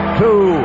two